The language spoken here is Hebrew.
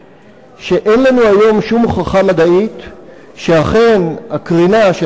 שאין לנו היום שום הוכחה מדעית שאכן הקרינה של